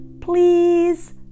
Please